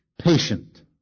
patient